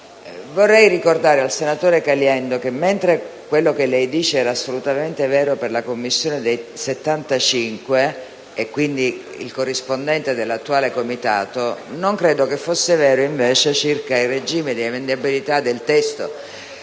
Vorrei ricordare al senatore Caliendo che, mentre che quello che dice è assolutamente vero per la Commissione dei 75 (quindi il corrispondente all'attuale Comitato), non credo sia vero, invece, circa il regime di emendabilità del testo